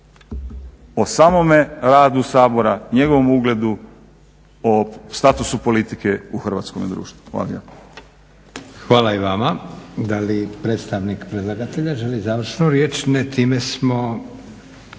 o samome radu Sabora, njegovom ugledu, o statusu politike u Hrvatskome društvu. Hvala lijepa. **Leko, Josip (SDP)** Hvala i vama. Da li predstavnik predlagatelja želi završnu riječ? Ne. Time smo